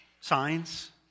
signs